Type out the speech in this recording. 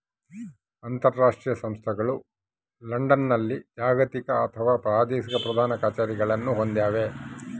ಅಂತರಾಷ್ಟ್ರೀಯ ಸಂಸ್ಥೆಗಳು ಲಂಡನ್ನಲ್ಲಿ ಜಾಗತಿಕ ಅಥವಾ ಪ್ರಾದೇಶಿಕ ಪ್ರಧಾನ ಕಛೇರಿಗಳನ್ನು ಹೊಂದ್ಯಾವ